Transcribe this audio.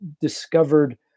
discovered